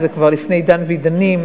שזה כבר לפני עידן ועידנים,